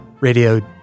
Radio